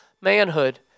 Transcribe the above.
manhood